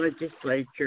Legislature